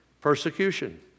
persecution